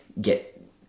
get